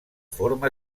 forma